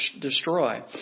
destroy